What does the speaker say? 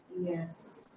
Yes